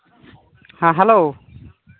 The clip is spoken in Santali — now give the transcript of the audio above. ᱦᱮᱸ ᱦᱮᱞᱳ